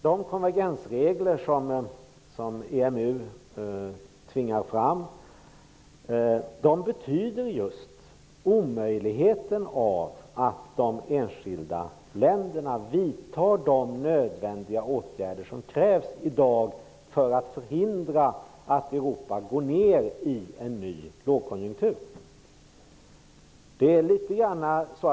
De konvergensregler som EMU tvingar fram innebär just att det blir omöjligt för de enskilda länderna att vidta de nödvändiga åtgärder som krävs i dag för att förhindra att Europa går ner i en ny lågkonjunktur.